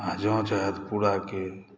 आ जाँच हैत पूराके